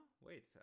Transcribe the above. Wait